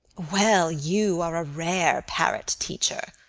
well, you are a rare parrot-teacher.